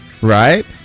Right